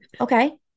okay